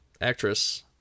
actress